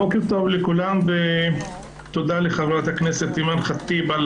בוקר טוב לכולם ותודה לחברת אימאן ח'טיב על